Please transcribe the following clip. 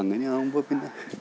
അങ്ങനെയാവുമ്പോൾ പിന്നെ